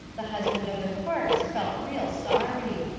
the husband of the corpse felt real sorry.